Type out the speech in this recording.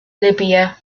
libya